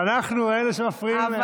ואנחנו אלה שמפריעים להם בכך.